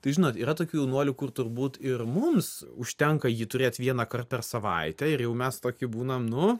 tai žinot yra tokių jaunuolių kur turbūt ir mums užtenka jį turėt vienąkart per savaitę ir jau mes tokie būnam nu